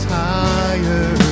higher